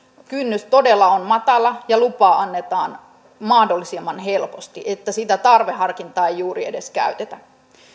kynnys todella on matala ja lupa annetaan mahdollisimman helposti että sitä tarveharkintaa ei juuri edes käytetä